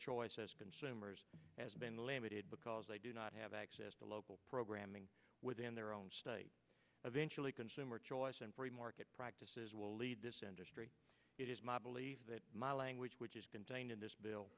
choice as consumers has been limited because they do not have access to local programming within their own state of eventually consumer choice and free market practices will lead this industry i believe that my language which is contained in this bill